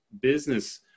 business